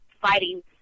fighting